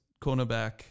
cornerback